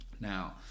Now